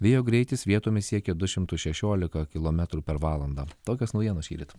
vėjo greitis vietomis siekė du šimtus šešiolika kilometrų per valandą tokios naujienos šįryt